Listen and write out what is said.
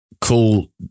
Cool